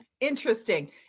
Interesting